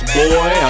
boy